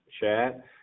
chat